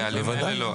זה לא.